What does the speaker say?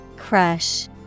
Crush